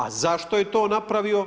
A zašto je to napravio?